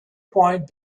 point